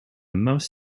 most